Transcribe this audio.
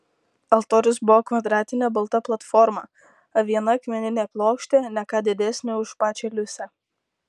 altorius buvo kvadratinė balta platforma viena akmeninė plokštė ne ką didesnė už pačią liusę